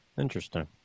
interesting